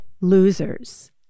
losers